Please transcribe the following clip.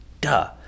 duh